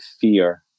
fear